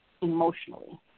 emotionally